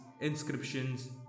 inscriptions